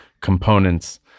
components